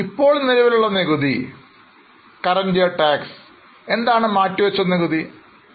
ഇപ്പോൾ നിലവിലുള്ള നികുതി എന്താണ് മാറ്റിവച്ച് നികുതി എന്താണ്